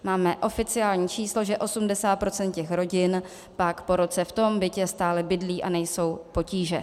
Máme oficiální číslo, že 80 % těch rodin pak po roce v tom bytě stále bydlí a nejsou potíže.